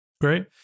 Great